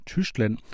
Tyskland